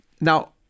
Now